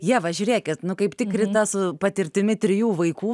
ieva žiūrėkit nu kaip tik rita su patirtimi trijų vaikų